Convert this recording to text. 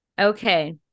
okay